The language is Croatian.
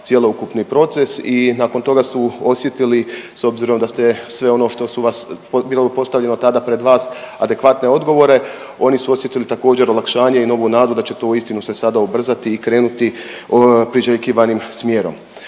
cjelokupni proces i nakon toga su osjetili s obzirom da ste sve ono što vas, bilo postavljeno tada pred vas adekvatne odgovore, oni su osjetili također olakšanje i novu nadu da će to uistinu se sada ubrzati i krenuti priželjkivanim smjerom.